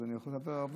אז אני יכול לדבר הרבה.